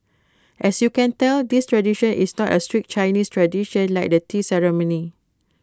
as you can tell this tradition is not A strict Chinese tradition like the tea ceremony